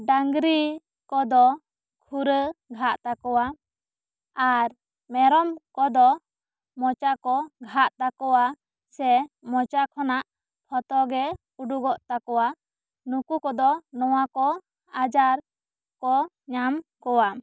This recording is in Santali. ᱰᱟᱝᱨᱤ ᱠᱚ ᱫᱚ ᱠᱷᱩᱨᱟᱹ ᱜᱷᱟᱜ ᱛᱟᱠᱚᱣᱟ ᱟᱨ ᱢᱮᱨᱚᱢ ᱠᱚ ᱫᱚ ᱢᱚᱪᱟ ᱠᱚ ᱜᱷᱟᱜ ᱛᱟᱠᱚᱣᱟ ᱥᱮ ᱢᱚᱪᱟ ᱠᱷᱚᱱᱟᱜ ᱯᱷᱚᱛᱚ ᱜᱮ ᱩᱰᱩᱠᱚᱜ ᱛᱟᱠᱚᱣᱟ ᱱᱩᱠᱩ ᱠᱚᱫᱚ ᱱᱚᱣᱟ ᱠᱚ ᱟᱡᱟᱨ ᱠᱚ ᱧᱟᱢ ᱠᱚᱣᱟ